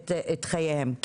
את חייהם.